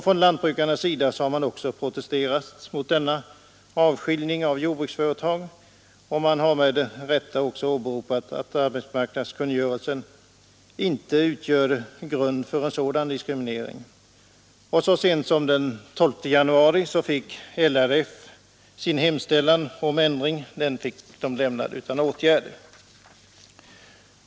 Från lantbrukarnas sida har man också protesterat mot denna avskiljning av jordbruksföretag. Man har med rätta åberopat att arbetsmarknadskungörelsen inte utgör grund för en sådan diskriminering. Så sent som den 12 januari fick LRF sin hemställan om ändring av nuvarande förhållande lämnad utan åtgärd.